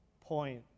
point